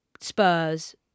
Spurs